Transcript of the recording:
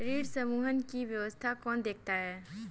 ऋण समूहन की व्यवस्था कौन देखता है?